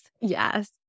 Yes